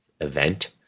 event